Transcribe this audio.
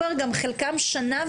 גם חלקם שנה,